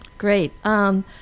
Great